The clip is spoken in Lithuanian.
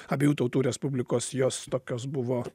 abiejų tautų respublikos jos tokios buvo